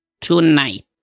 tonight